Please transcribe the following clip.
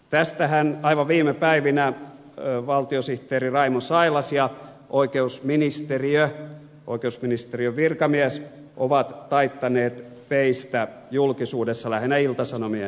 tästähän aivan viime päivinä valtiosihteeri raimo sailas ja oikeusministeriö oikeusministeriön virkamies ovat taittaneet peistä julkisuudessa lähinnä ilta sanomien palstoilla